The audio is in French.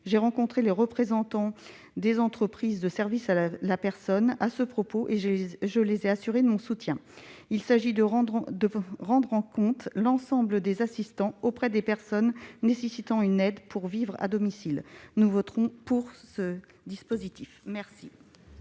J'ai rencontré les représentants des entreprises de services à la personne à ce propos et je les ai assurés de mon soutien. Il s'agit de prendre en compte l'ensemble des assistants qui aident les personnes ayant besoin d'une aide à domicile. Nous voterons ce dispositif. Je